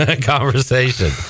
conversation